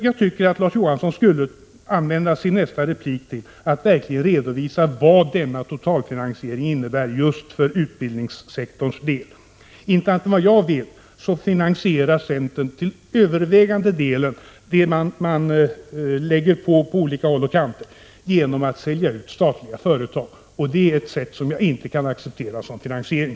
Jag tycker att Larz Johansson skall använda sin nästa replik till att verkligen redovisa vad denna totalfinansiering innebär just för utbildningssektorns del. Inte annat än vad jag vet finansierar centern till övervägande del det man lägger på olika håll och kanter genom att sälja ut statliga företag, och det är ett sätt jag inte kan acceptera för finansiering.